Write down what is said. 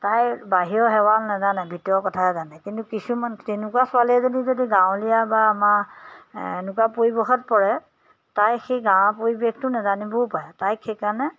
তাই বাহিৰৰ সেৱা নাজানে ভিতৰৰ কথাহে জানে কিন্তু কিছুমান তেনেকুৱা ছোৱালী এজনী যদি গাঁৱলীয়া বা আমাৰ এনেকুৱা পৰিৱেশত পৰে তাই সেই গাঁৱৰ পৰিৱেশটো নাজানিবও পাৰে তাইক সেইকাৰণে